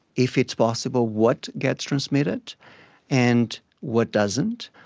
if it's possible, what gets transmitted and what doesn't.